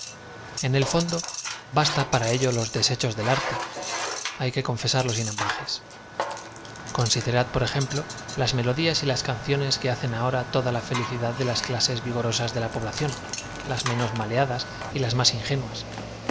en el fondo bastan para ello los deshechos del arte h ay que confesarlo sin ambages considerad por ejemplo las melodías y la s c a d c ío n e a que hacen a h o r a toda la felicidad de las clases vigoroaas de la poblacíén las menos maleadas y las más ingenuas